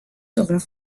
seront